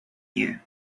you